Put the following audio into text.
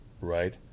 right